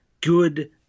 good